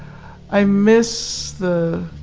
i miss the